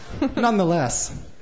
nonetheless